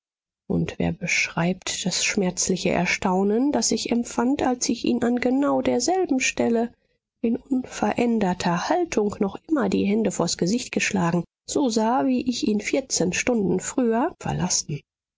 und wer beschreibt das schmerzliche erstaunen das ich empfand als ich ihn an genau derselben stelle in unveränderter haltung noch immer die hände vors gesicht geschlagen so sah wie ich ihn vierzehn stunden früher verlassen